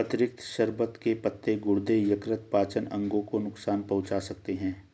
अतिरिक्त शर्बत के पत्ते गुर्दे, यकृत और पाचन अंगों को नुकसान पहुंचा सकते हैं